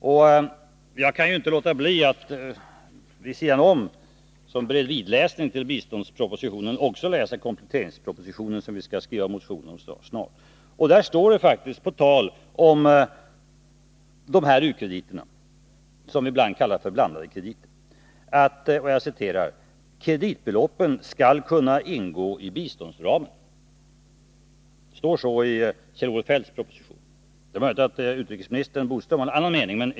När jag läst biståndspropositionen har jag inte kunnat låta bli att som bredvidläsning ha kompletteringspropositionen, och där står det faktiskt på tal om u-krediterna, som ibland kallas för blandade krediter, att ”kreditbeloppen skall kunna ingå i biståndsramen”. Så står det alltså i Kjell-Olof Feldts proposition — det är möjligt att utrikesminister Bodström har en annan mening.